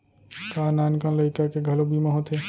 का नान कन लइका के घलो बीमा होथे?